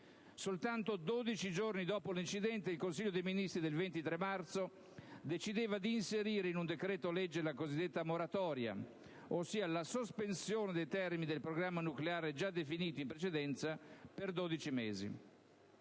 Soltanto dodici giorni dopo l'incidente, il Consiglio dei ministri del 23 marzo decideva di inserire in un decreto-legge la cosiddetta moratoria, ossia la sospensione dei termini del programma nucleare già definito in precedenza, per dodici mesi.